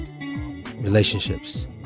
Relationships